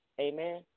Amen